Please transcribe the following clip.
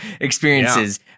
experiences